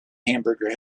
hamburger